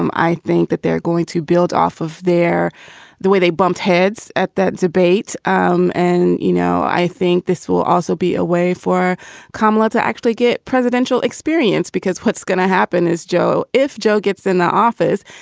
um i think that they're going to build off of there the way they bumped heads at that debate um and, you know, i think this will also be a way for camelot to actually get presidential experience, because what's going to happen is, joe, if joe gets in the office,